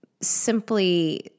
simply